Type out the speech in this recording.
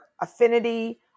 affinity